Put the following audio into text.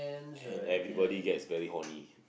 and everybody gets very horny